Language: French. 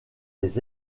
les